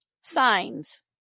signs